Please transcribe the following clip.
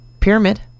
pyramid